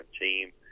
team